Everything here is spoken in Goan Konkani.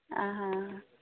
आं हा